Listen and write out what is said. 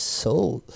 soul